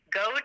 go